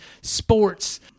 sports